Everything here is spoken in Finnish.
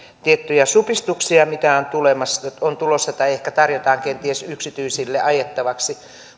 tiettyjä supistuksia mitä on tulossa tai ehkä niitä tarjotaan kenties yksityisille ajettavaksi